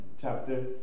chapter